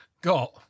got